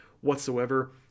whatsoever